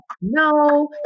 No